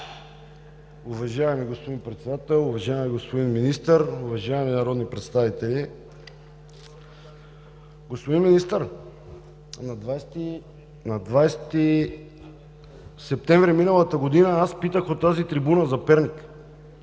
Уважаеми господин Председател, уважаеми господин Министър, уважаеми народни представители! Господин Министър, на 20 септември миналата година аз питах от тази трибуна за Перник